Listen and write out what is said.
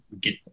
get